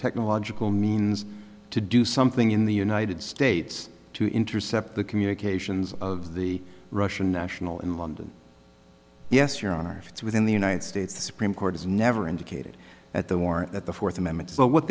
technological means to do something in the united states to intercept the communications of the russian national in london yes your honor if it's within the united states supreme court has never indicated at the war that the fourth amendment so what